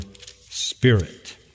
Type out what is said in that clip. spirit